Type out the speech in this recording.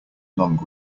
long